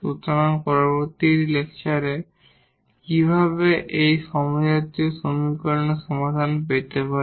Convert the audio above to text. সুতরাং আমরা পরবর্তী লেকচারে কিভাবে এই হোমোজিনিয়াস সমীকরণের সমাধান পেতে পারি